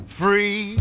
free